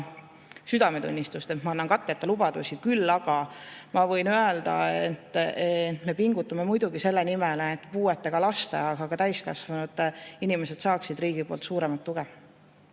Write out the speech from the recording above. südametunnistust anda katteta lubadusi. Küll aga võin öelda, et me pingutame muidugi selle nimel, et puuetega lapsed, aga ka täiskasvanud inimesed saaksid riigi poolt suuremat tuge.